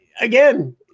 Again